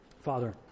Father